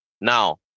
Now